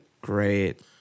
great